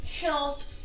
health